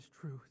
truth